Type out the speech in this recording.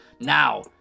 Now